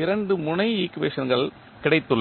இரண்டு முனை ஈக்குவேஷன்கள் கிடைத்துள்ளன